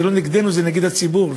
לא נגדנו אלא נגד הציבור.